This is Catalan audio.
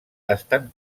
estan